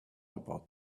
about